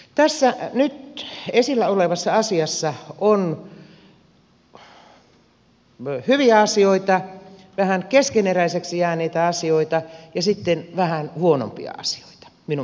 tässä nyt esillä olevassa asiassa on hyviä asioita vähän keskeneräiseksi jääneitä asioita ja sitten vähän huonompia asioita minun mielestäni